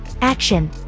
Action